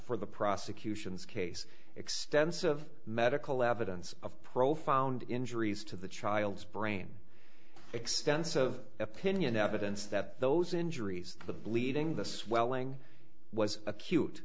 for the prosecution's case extensive medical evidence of profound injuries to the child's brain extent of opinion evidence that those injuries the bleeding the swelling was acute